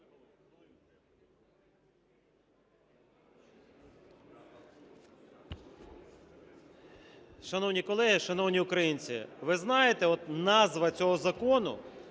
Шановні колеги, шановні українці! Ви знаєте, от назва цього закону